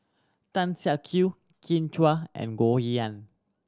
Tan Siak Kew Kin Chui and Goh Yihan